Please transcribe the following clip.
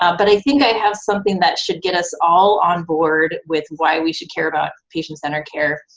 um but i think i have something that should get us all on board with why we should care about patient-centered care,